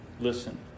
Listen